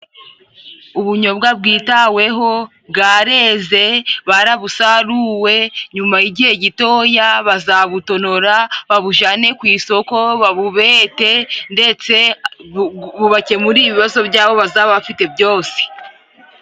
Ubunyobwa bwitaweho bwareze, barabusaruwe nyuma y'igihe gitoya bazabutonora, babujane ku isoko, babubete, ndetse bubakemurire ibibazo byabo bazaba bafite byose.